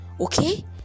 Okay